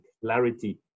clarity